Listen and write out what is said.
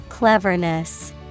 Cleverness